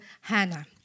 Hannah